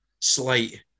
slight